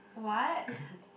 what